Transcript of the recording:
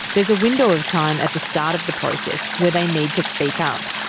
there's a window of time at the start of the process where they need to speak up.